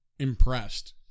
impressed